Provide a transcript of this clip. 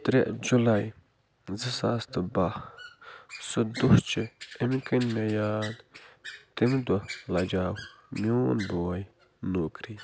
ترٛےٚ جُلاے زٕ ساس تہٕ باہہ سُہ دۄہ چھُ اَمہِ کِنۍ مےٚ یاد تمہِ دۄہ لجیو میُون بوے نوکری